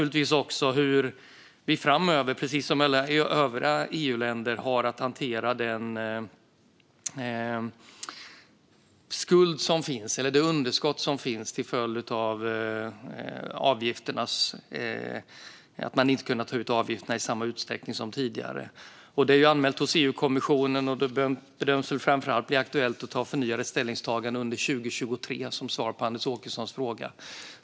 Liksom alla övriga EU-länder tittar vi också på hur vi ska hantera underskottet till följd av att man inte har kunnat ta ut avgifter i samma utsträckning som tidigare. Detta är anmält hos EU-kommissionen, och det bedöms framför allt bli aktuellt att ta förnyade ställningstaganden under 2023 - som svar på Anders Åkessons fråga.